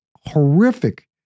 horrific